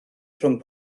rhwng